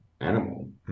animal